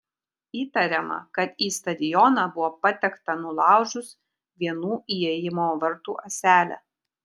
įtariama kad į stadioną buvo patekta nulaužus vienų įėjimo vartų ąselę